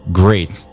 great